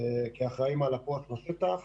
כאחראים על הכוח בשטח,